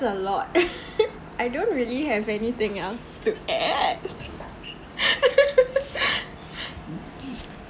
a lot I don't really have anything else to add